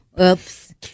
oops